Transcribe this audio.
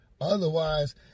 Otherwise